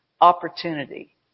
opportunity